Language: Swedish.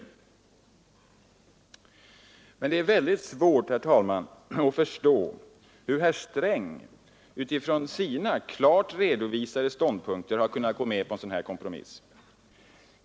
Det är emellertid väldigt svårt, herr talman, att förstå hur herr Sträng utifrån sina, klart redovisade ståndpunkter har kunnat gå med på en sådan här kompromiss.